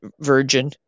virgin